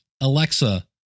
Alexa